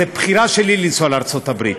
זה בחירה שלי לנסוע לארצות-הברית.